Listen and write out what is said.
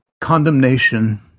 condemnation